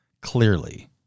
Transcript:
clearly